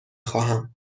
خواهم